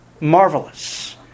marvelous